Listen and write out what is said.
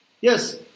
Yes